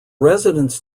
residents